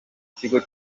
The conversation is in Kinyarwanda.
ikigo